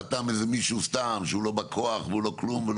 חתם איזה מישהו סתם שהוא לא בא כוח והוא לא כלום,